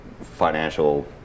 financial